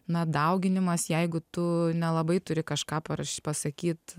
na dauginimas jeigu tu nelabai turi kažką paraš pasakyt